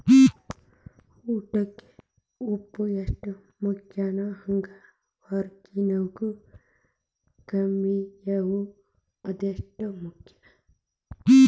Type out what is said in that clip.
ಊಟಕ್ಕ ಉಪ್ಪು ಎಷ್ಟ ಮುಖ್ಯಾನೋ ಹಂಗ ವಗ್ಗರ್ನಿಗೂ ಕರ್ಮೇವ್ ಅಷ್ಟ ಮುಖ್ಯ